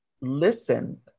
listen